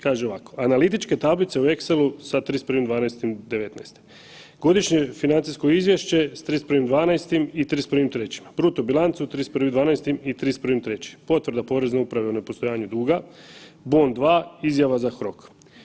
Kaže ovako, analitičke tablice u exclu sa 31.12.2019., godišnje financijsko izvješće s 31.12. i 31.3., bruto bilancu s 31.12. i s 31.3., potvrda porezne uprave o nepostojanju duga, bon 2, izjava za HROK.